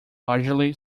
largely